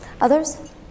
Others